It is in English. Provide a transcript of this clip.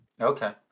Okay